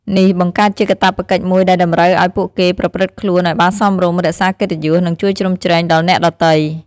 នេះបង្កើតជាកាតព្វកិច្ចមួយដែលតម្រូវឱ្យពួកគេប្រព្រឹត្តខ្លួនឱ្យបានសមរម្យ រក្សាកិត្តិយស និងជួយជ្រោមជ្រែងដល់អ្នកដទៃ។